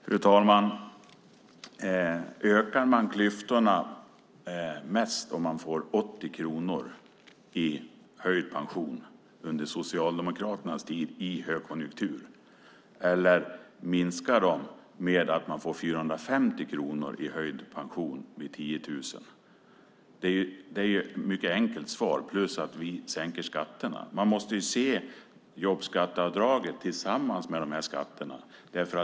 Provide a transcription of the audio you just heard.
Fru talman! Ökar man klyftorna om man får 80 kronor i höjd pension under Socialdemokraternas tid i högkonjunktur? Eller minskar de med att man får 450 kronor i höjd pension vid 10 000? Det är ett mycket enkelt svar plus att vi sänker skatterna. Man måste se jobbskatteavdraget tillsammans med de här skatterna.